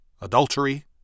Adultery